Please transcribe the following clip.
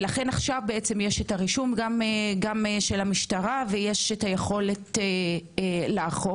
לכן עכשיו יש הרישום גם של המשטרה ויש היכולת לאכוף.